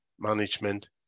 management